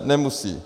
Nemusí.